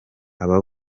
aba